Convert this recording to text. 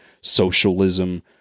socialism